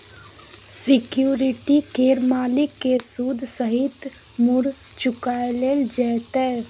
security केर मालिक केँ सुद सहित मुर चुकाएल जेतै